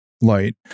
light